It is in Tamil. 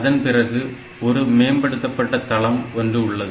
அதன்பிறகு ஒரு மேம்படுத்தப்பட்ட தளம் ஒன்று உள்ளது